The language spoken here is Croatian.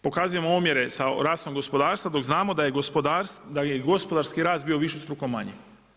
Pokazujem omjere sa rastom gospodarstva, dok znamo da je gospodarski rast bio višestruko manji.